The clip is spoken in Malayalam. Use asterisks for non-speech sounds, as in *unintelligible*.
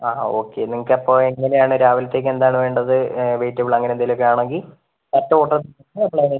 ആ ആ ഓക്കെ നിങ്ങൾക്ക് എപ്പം എങ്ങനെയാണ് രാവിലത്തേക്ക് എന്താണ് വേണ്ടത് വെജിറ്റബിൾ അങ്ങനെ എന്തെങ്കിലുമൊക്കെ ആണെങ്കിൽ പത്ത് കൂട്ടം *unintelligible*